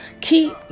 keep